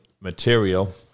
material